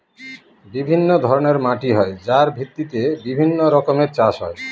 বিভিন্ন ধরনের মাটি হয় যার ভিত্তিতে বিভিন্ন রকমের চাষ হয়